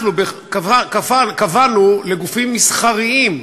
אנחנו קבענו לגופים מסחריים,